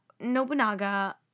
Nobunaga